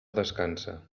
descansa